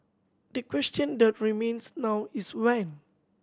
the question that remains now is when